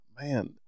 Man